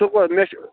ژٕ بوز مےٚ چھُ